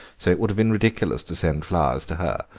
so it would have been ridiculous to send flowers to her,